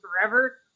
forever